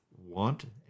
want